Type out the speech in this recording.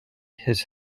his